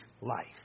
life